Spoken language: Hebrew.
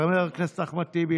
חבר הכנסת אחמד טיבי,